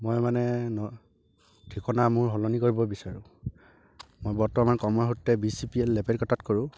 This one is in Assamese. মই মানে ন ঠিকনা মোৰ সলনি কৰিব বিচাৰোঁ মই বৰ্তমান কৰ্মসূত্ৰে বি চি পি এল লেপেটকটাত কৰোঁ